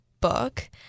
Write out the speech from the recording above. book